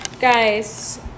Guys